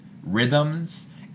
rhythms